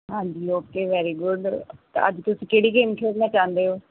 ਹਾਂਜੀ okay very good ਅੱਜ ਤੁਸੀਂ ਕਿਹੜੀ ਗੇਮ ਖੇਡਣਾ ਚਾਹੁੰਦੇ ਹੋ